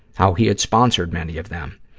how he had sponsored many of them,